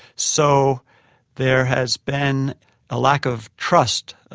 so there has been a lack of trust,